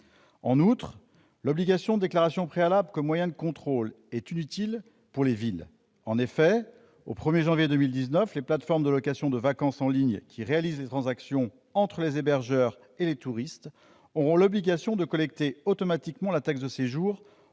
En outre, l'obligation de déclaration préalable comme moyen de contrôle est inutile pour les villes. En effet, au 1 janvier 2019, les plateformes de location de vacances en ligne qui réalisent les transactions entre les hébergeurs et les touristes auront l'obligation de collecter automatiquement la taxe de séjour